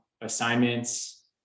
assignments